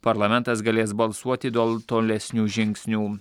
parlamentas galės balsuoti dol tolesnių žingsnių